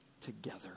together